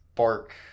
bark